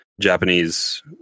Japanese